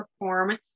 perform